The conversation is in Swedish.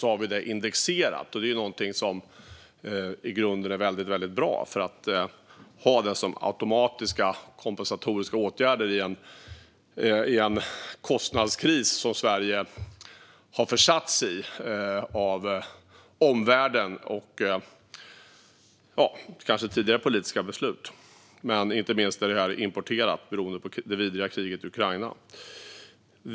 Att detta är indexerat är i grunden väldigt bra - att ha det som automatiska kompensatoriska åtgärder i en kostnadskris som Sverige har försatts i av omvärlden och kanske av tidigare politiska beslut. Men inte minst är denna kostnadskris ett importerat problem beroende på det vidriga kriget i Ukraina.